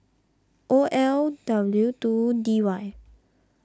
O L W two D Y